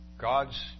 God's